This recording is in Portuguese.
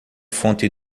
fonte